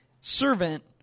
servant